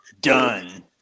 done